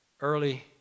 Early